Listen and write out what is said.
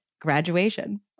graduation